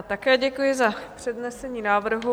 Také děkuji za přednesení návrhu.